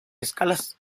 escalas